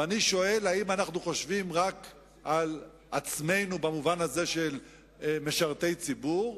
ואני שואל: האם אנחנו חושבים רק על עצמנו במובן הזה של משרתי ציבור,